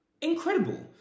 Incredible